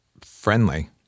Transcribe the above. Friendly